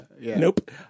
Nope